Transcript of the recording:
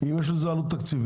ואם יש איזו עלות תקציבית,